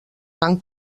van